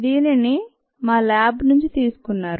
దీనిని మా ల్యాబ్ నుంచి తీసుకున్నారు